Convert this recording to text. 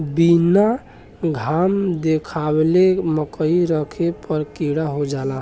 बीना घाम देखावले मकई रखे पर कीड़ा हो जाला